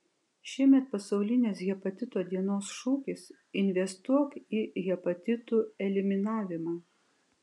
šiemet pasaulinės hepatito dienos šūkis investuok į hepatitų eliminavimą